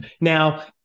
Now